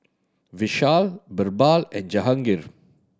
Vishal Birbal and Jahangir